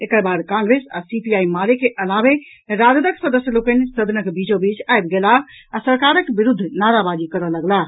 एकर बाद कांग्रेस आ सीपीआई माले के अलावे राजदक सदस्य लोकनि सदनक बीचोंबीच आबि गेलाह आ सरकारक विरूद्व नाराबाजी करऽ लगलाह